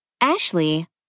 Ashley